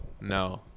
no